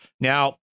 Now